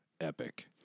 epic